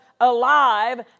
alive